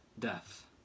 death